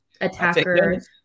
attacker